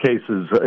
cases